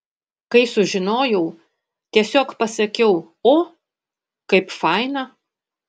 kai sužinojau tiesiog pasakiau o kaip faina